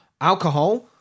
Alcohol